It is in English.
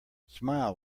smile